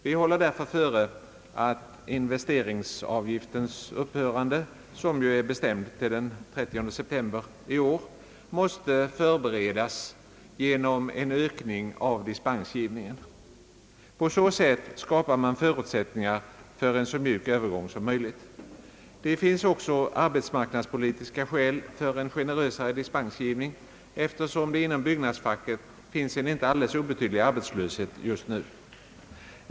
Vi anser därför att investeringsavgiftens upphörande — som är bestämt till den 30 september i år — måste förberedas genom en ökning av dispensgivningen. På så sätt skapar man förutsättningar för en så mjuk övergång som möjligt. Det finns också arbetsmarknadspolitiska skäl för en mera generös dispensgivning, eftersom det inom byggnadsfacket just nu råder en inte alldeles obetydlig arbetslöshet.